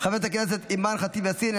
חברת הכנסת אימאן ח'טיב יאסין,